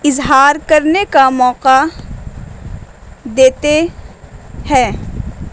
اظہار کرنے کا موقع دیتے ہیں